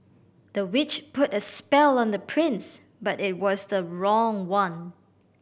the witch put a spell on the prince but it was the wrong one